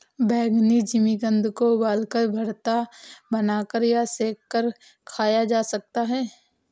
बैंगनी जिमीकंद को उबालकर, भरता बनाकर या सेंक कर खाया जा सकता है